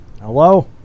Hello